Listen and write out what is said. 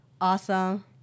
awesome